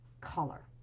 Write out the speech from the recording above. color